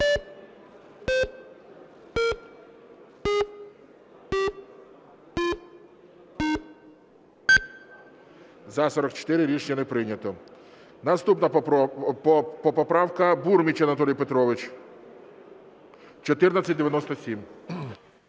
За-44 Рішення не прийнято. Наступна поправка, Бурміч Анатолій Петрович, 1497.